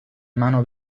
منو